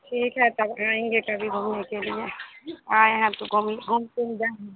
ठीक है तब आएंगे तभी घूमने के लिए आएँ हैं तो घूम घूम कर जाएंगे